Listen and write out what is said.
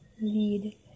lead